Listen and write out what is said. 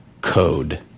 code